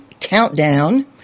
countdown